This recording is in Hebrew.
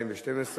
התשע"ב 2012,